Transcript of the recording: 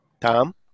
Tom